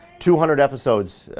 two hundred episodes.